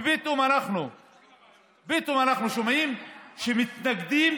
ופתאום אנחנו שומעים שמתנגדים,